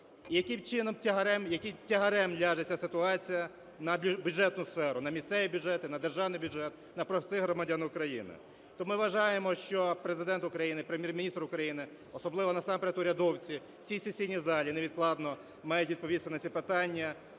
яким тягарем ляже ця ситуація на бюджетну сферу, на місцеві бюджети, на державний бюджет, на простих громадян України. То ми вважаємо, що Президент України, Прем'єр-міністр, особливо насамперед урядовці в цій сесійній залі невідкладно мають відповісти на ці питання: